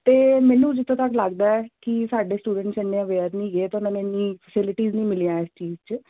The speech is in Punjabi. ਅਤੇ ਮੈਨੂੰ ਜਿੱਥੋਂ ਤੱਕ ਲੱਗਦਾ ਕਿ ਸਾਡੇ ਸਟੂਡੈਂਟਸ ਇੰਨੇ ਅਵੇਅਰ ਨਹੀਂ ਹੈਗੇ ਤਾਂ ਉਹਨਾਂ ਨੂੰ ਇੰਨੀ ਫੈਸਿਲਿਟੀਜ਼ ਨਹੀਂ ਮਿਲੀਆਂ ਇਸ ਚੀਜ਼ 'ਚ